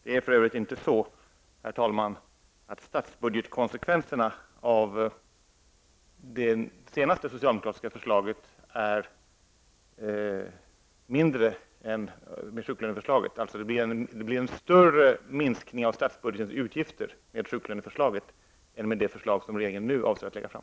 Det är för övrigt inte så, att konsekvenserna för statsbudgeten av det senaste förslaget är mindre än vad de skulle bli med sjuklöneförslaget. Det blir en större minskning av statsbudgetens utgifter med sjuklöneförslaget än med det förslag som regeringen nu avser att lägga fram.